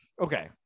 Okay